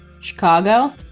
Chicago